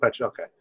Okay